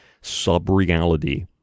sub-reality